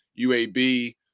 UAB